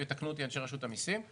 ויתקנו אותי אנשי רשות המסים,